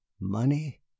Money